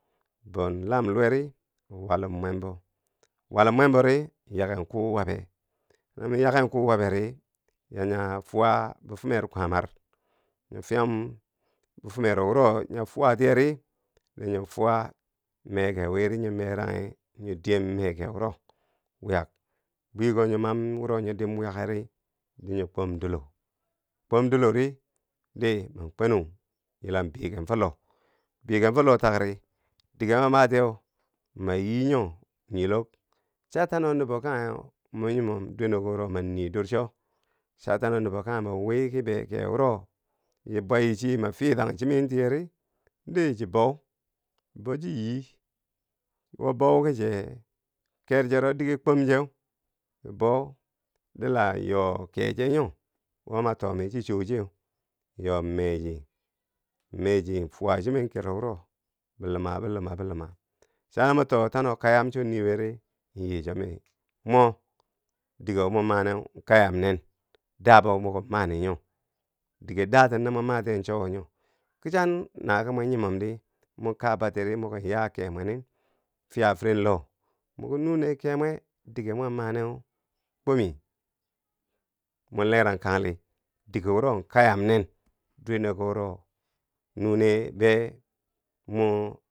Bou lam luweri wallum mwembo wallum mwembori yaken kuu wabe, na ma yaken kuu waberi yaa nya fwa bifumer kwaamar nyo fyam bifumero wuro nya fwa tiyeri, na nyo fwa, meke wiri nyo mekanghi, nyo diyem meke wuro wyak, bwiko nyo mam wuro nyo dim wyakkeri dii nyo kom dilo. nyo kom dilori di ma kwenu biyeken fo loh, biyeken fo loh takri dige ma matiye, ma yii nyo nyilok, cha tano nubo kanghe mo nyimom duwenoko wuro man nii dur cho, cha tano nobo kanghe wiiki beke wuro bwai chi ma fitang chinen tiyeri, dii chi bou, bo chi yii wo bouki che ker chero dige. kwom cheu, bou di la yoo keche nyo wo ma twomi chi choucheu yoo mee chi, mee chi, fwa chinen kero wuro biluma biluma biluma, cha ma too tano kayam cho nii wori in yii cho mi mo, dige wo mo moneu kayam nen dabo mokin mani nyo, dige daten no mo matiyeu cho wo nyo kichan na ki mo nyimom di mon kaa batidi mokin yaa ke mwe nin. fya firen loh, mwiki nune ke mwe dige mo maneu kwomi, mon lerang kangli dige wuro kayam nen, dwene ko wuro, nune bee mon.